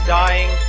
dying